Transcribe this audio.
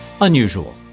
Unusual